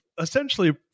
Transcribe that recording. essentially